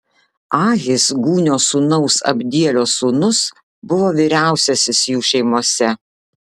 ahis gūnio sūnaus abdielio sūnus buvo vyriausiasis jų šeimose